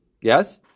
Yes